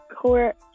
court